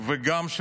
של